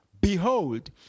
Behold